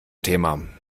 thema